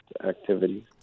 activities